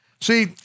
See